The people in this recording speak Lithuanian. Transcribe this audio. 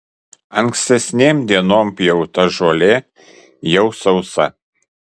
ankstesnėm dienom pjauta žolė jau sausa